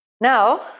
Now